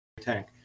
tank